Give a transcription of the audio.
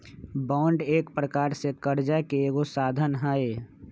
bond एक प्रकार से करजा के एगो साधन हइ